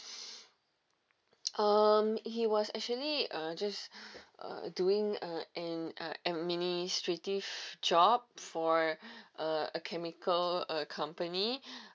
um he was actually uh just uh doing uh in a administrative job for a a chemical uh company